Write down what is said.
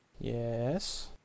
Yes